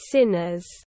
Sinners